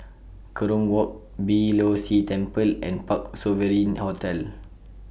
Kerong Walk Beeh Low See Temple and Parc Sovereign Hotel